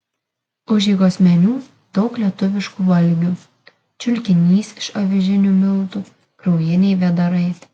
užeigos meniu daug lietuviškų valgių čiulkinys iš avižinių miltų kraujiniai vėdarai